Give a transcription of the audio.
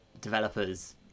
developers